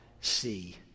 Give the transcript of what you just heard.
see